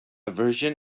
version